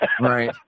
Right